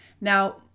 now